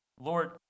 Lord